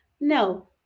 No